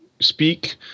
speak